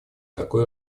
такой